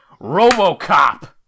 RoboCop